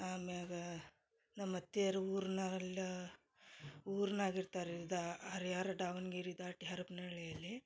ಆಮ್ಯಾಗ ನಮ್ಮ ಅತ್ತೆಯರು ಊರ್ನರೆಲ್ಲಾ ಊರ್ನಾಗ ಇರ್ತರಿಂದ ಆರು ಯಾರು ದಾವಣಗೆರೆ ದಾಟಿ ಹರಪ್ನಳ್ಳಿಯಲ್ಲಿ